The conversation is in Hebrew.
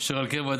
אשר על כן,